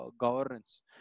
governance